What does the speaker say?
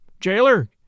Jailer